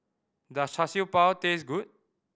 does Char Siew Bao taste good